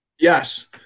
Yes